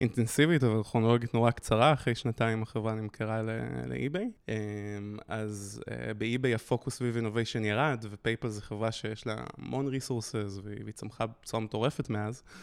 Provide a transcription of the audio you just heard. אינטנסיבית אבל כרונולוגית נורא קצרה, אחרי שנתיים החברה נמכרה לאי-ביי. אז באי-ביי הפוקוס ויו אינוביישן ירד ופייפר זו חברה שיש לה המון ריסורסז והיא צמחה בצורה מטורפת מאז.